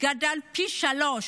גדלה פי שלושה